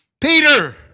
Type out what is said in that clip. Peter